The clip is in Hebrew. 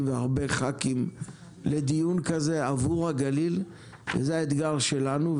והרבה ח"כים לדיון כזה עבור הגליל וזה האתגר שלנו.